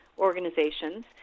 organizations